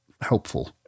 helpful